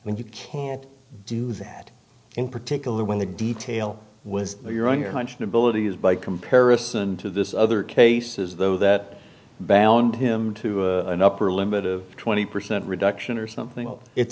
when you can't do that in particular when the detail was your own your hunch and ability is by comparison to this other cases though that balland him to an upper limit of twenty percent reduction or something it